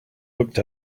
looked